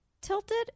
tilted